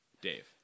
Dave